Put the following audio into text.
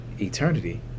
eternity